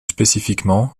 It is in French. spécifiquement